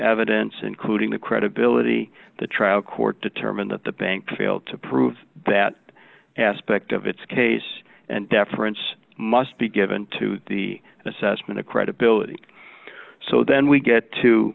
evidence including the credibility the trial court determined that the bank failed to prove that aspect of its case and deference must be given to the assessment of credibility so then we get to